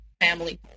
family